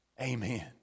Amen